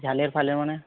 ଝାଲେର୍ ଫାଲେର୍ମାନେ